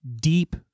deep